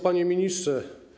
Panie Ministrze!